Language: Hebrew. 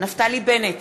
נפתלי בנט,